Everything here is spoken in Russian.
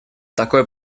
такое